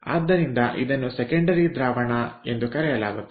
ಆದ್ದರಿಂದ ಇದನ್ನು ಸೆಕೆಂಡರಿ ದ್ರಾವಣ ಎಂದು ಕರೆಯಲಾಗುತ್ತದೆ